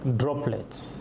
droplets